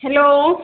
hello